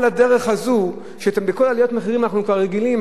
לדרך הזאת בכל עליית מחירים אנחנו כבר רגילים.